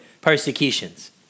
persecutions